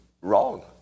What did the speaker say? wrong